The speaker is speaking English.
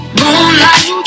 moonlight